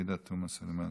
עאידה תומא סלימאן,